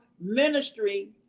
ministry